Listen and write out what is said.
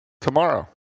tomorrow